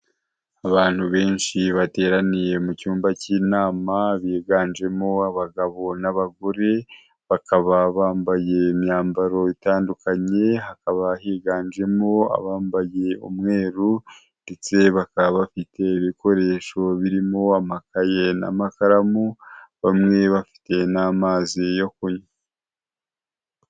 Abantu benshi bateraniye mu cyumba cy'inama biganjemo abagabo n'abagore bakaba bambaye imyambaro itandukanye hakaba higanjemo abambaye umweru ndetse bakaba bafite ibikoresho birimo amakaye n'amakaramu bamwe bafite n'amazi yo kunywa.